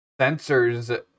sensors